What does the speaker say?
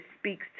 speaks